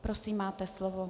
Prosím, máte slovo.